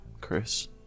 Chris